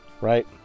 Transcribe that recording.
right